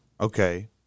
okay